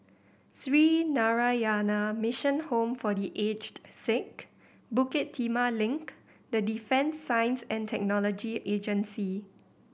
Sree Narayana Mission Home for The Aged Sick Bukit Timah Link and Defence Science And Technology Agency